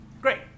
great